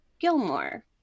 Gilmore